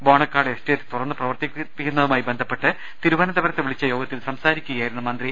Bonakkad estate തുറന്നു പ്രവർത്തിപ്പിക്കുന്നതുമായി ബന്ധപ്പെട്ട് തിരുവനന്തപുരത്ത് വിളിച്ച യോഗത്തിൽ സംസാരിക്കുകയായിരുന്നു മന്ത്രി